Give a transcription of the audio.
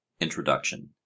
Introduction